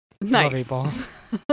Nice